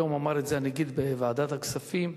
היום אמר את זה הנגיד בוועדת הכספים,